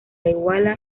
iguala